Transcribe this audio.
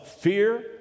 fear